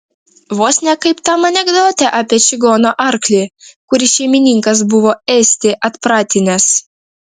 vos ne kaip tam anekdote apie čigono arklį kurį šeimininkas buvo ėsti atpratinęs